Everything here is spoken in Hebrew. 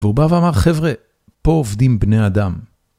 והוא בא ואמר, חבר'ה, פה עובדים בני אדם.